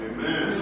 Amen